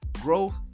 growth